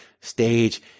stage